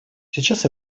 сейчас